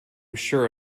sure